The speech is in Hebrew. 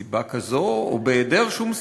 מסיבה כזו, או בהיעדר שום סיבה,